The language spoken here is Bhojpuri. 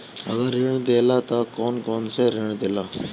अगर ऋण देला त कौन कौन से ऋण देला?